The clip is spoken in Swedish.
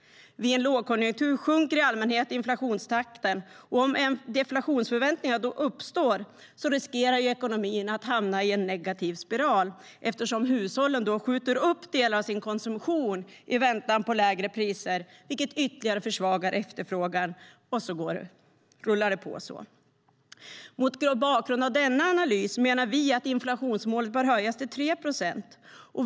I en lågkonjunktur sjunker i allmänhet inflationstakten. Om deflationsförväntningar då uppstår riskerar ekonomierna att hamna i en negativ spiral eftersom hushållen skjuter upp delar av sin konsumtion i väntan på lägre priser, vilket ytterligare försvagar efterfrågan, och så rullar det på. Mot bakgrund av denna analys menar vi att inflationsmålet bör höjas till 3 procent.